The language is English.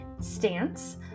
stance